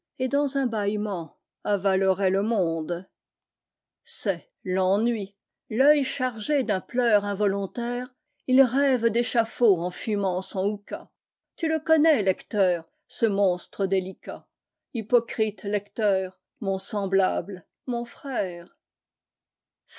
débriset dans un bâillement avalerait le monde cest tennui l'œil chargé d'un pleur involontaire il rêve d'échafauds en fumant son houka tu le connais lecteur ce monstre délicat hypocrite lecteur mon semblable mon frère